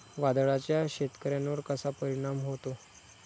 वादळाचा शेतकऱ्यांवर कसा परिणाम होतो?